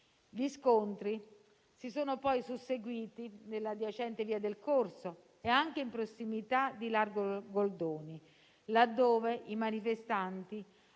Gli scontri si sono poi susseguiti nell'adiacente Via del Corso e anche in prossimità di Largo Goldoni, laddove i manifestanti